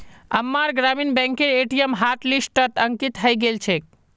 अम्मार ग्रामीण बैंकेर ए.टी.एम हॉटलिस्टत अंकित हइ गेल छेक